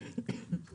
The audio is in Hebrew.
בבקשה.